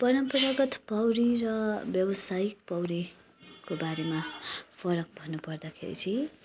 परम्परागत पौडी र व्यावसायिक पौडीको बारेमा फरक भन्न पर्दाखेरि चाहिँ